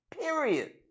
Period